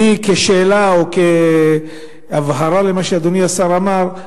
כשאלה או כהבהרה למה שאדוני השר אמר,